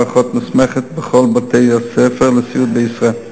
אחות מוסמכת בכל בתי-הספר לסיעוד בישראל.